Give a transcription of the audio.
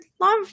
love